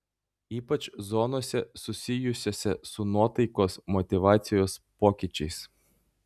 ypač zonose susijusiose su nuotaikos motyvacijos pokyčiais